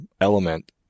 element